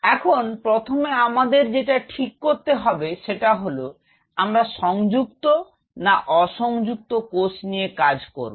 এখন প্রথমে আমাদের যেটা ঠিক করতে হবে সেটা হল আমরা সংযুক্ত না অসংযুক্ত কোষ নিয়ে কাজ করব